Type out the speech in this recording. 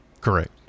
Correct